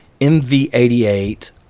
MV88